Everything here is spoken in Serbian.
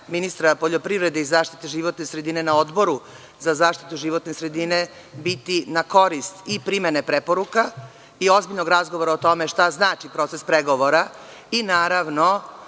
ministra poljoprivrede i zaštite životne sredine na Odboru za zaštitu životne sredine biti na korist i primene preporuka i ozbiljnog razgovora o tome šta znači proces pregovora i, naravno,